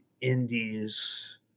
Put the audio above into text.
Indies